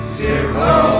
zero